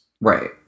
right